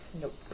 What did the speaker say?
Nope